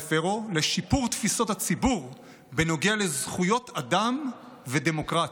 אירו לשיפור תפיסות הציבור בנוגע לזכויות אדם ודמוקרטיה.